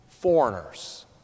foreigners